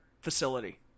facility